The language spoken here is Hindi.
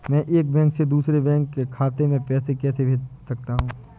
मैं एक बैंक से दूसरे बैंक खाते में पैसे कैसे भेज सकता हूँ?